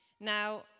Now